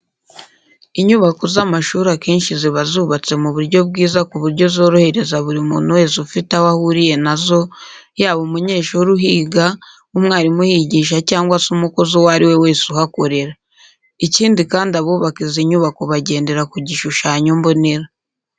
Inyubako z'amashuri akenshi ziba zubatse mu buryo bwiza ku buryo zorohereza buri muntu wese ufite aho ahuriye na zo, yaba umunyeshuri uhiga, umwarimu uhigisha cyangwa se umukozi uwo ari we wese uhakorera. Ikindi kandi abubaka izi nyubako bagendera ku gishushanyo mbonera.